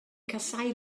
casáu